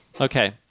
Okay